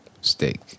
Steak